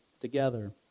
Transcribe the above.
together